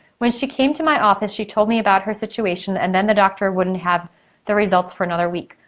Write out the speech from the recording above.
when she came to my office, she told me about her situation and then the doctor wouldn't have the results for another week.